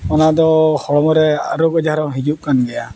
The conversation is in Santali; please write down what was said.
ᱚᱱᱟ ᱫᱚ ᱦᱚᱲᱢᱚ ᱨᱮ ᱨᱳᱜᱽᱼᱟᱡᱟᱨ ᱦᱚᱸ ᱦᱤᱡᱩᱜ ᱠᱟᱱ ᱜᱮᱭᱟ